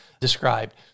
described